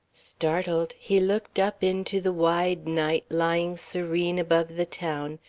startled, he looked up into the wide night lying serene above the town,